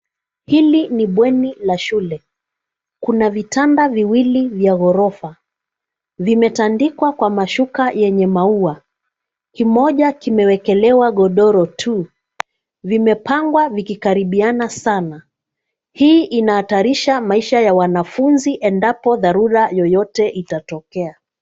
Hili ni bweni la shule. Kuna vitanda viwili vya ghorofa. Vimetandikwa kwa mashuka yenye maua. Kimoja kimeekelewa godoro tu. Vimepangwa vikikaribiana sana. Hii inahatarisha maisha ya wanafunzi endapo dharura yoyote itatokea.